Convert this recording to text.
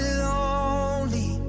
lonely